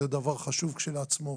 זה דבר חשוב כשלעצמו,